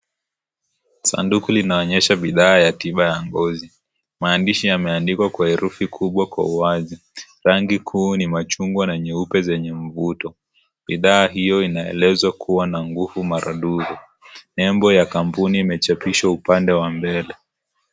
Sanduku linaonyesha bidhaa ya tiba ya ngozi maandishi yameandikwa kwa herufi kubwa kwa uwazi rangi kuu ni machungwa na nyeupe zenye mvuto bidhaa hiyo inaeleza kiwa na nguvu maradufu nembo ya kampuni imechapiswa upande wa mbele.